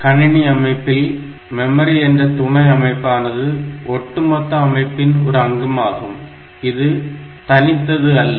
கணினி அமைப்பின் மெமரி என்ற துணை அமைப்பானது ஒட்டுமொத்த அமைப்பின் ஒரு அங்கமாகும் தவிர இது தனித்தது அல்ல